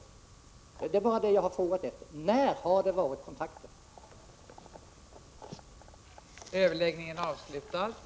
Jag upprepar min första fråga: När har kontakter förekommit i detta sammanhang?